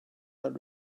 not